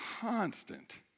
constant